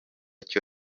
cyo